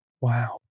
Wow